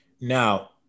Now